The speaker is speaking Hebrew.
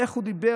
איך הוא דיבר,